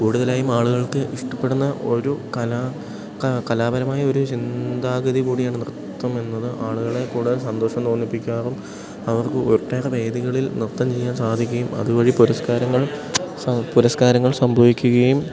കൂടുതലായുമാളുകൾക്ക് ഇഷ്ടപ്പെടുന്ന ഒരു കലാ കലാപരമായ ഒരു ചിന്താഗതി കൂടിയാണ് നൃത്തം എന്നത് ആളുകളെ കൂടുതൽ സന്തോഷം തോന്നിപ്പിക്കാറും അവർക്ക് ഒട്ടേറെ വേദികളിൽ നൃത്തം ചെയ്യാൻ സാധിക്കുകയും അതു വഴി പുരസ്കാരങ്ങൾ പുരസ്കാരങ്ങൾ സംഭവിക്കുകയും